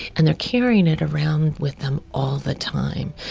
and they're carrying it around with them all the time.